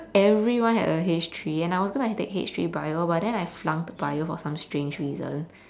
everyone had a H three and I was going to take H three bio but then I flunked bio for some strange reason